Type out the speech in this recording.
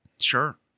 Sure